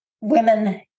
women